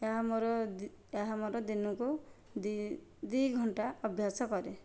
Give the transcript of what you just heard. ଏହା ମୋର ଏହା ମୋର ଦିନକୁ ଦୁଇ ଦୁଇ ଘଣ୍ଟା ଅଭ୍ୟାସ କରେ